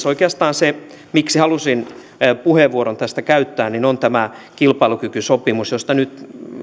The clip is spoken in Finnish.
oikeastaan syy siihen miksi halusin puheenvuoron tästä käyttää on tämä kilpailukykysopimus josta nyt